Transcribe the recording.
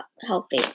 healthy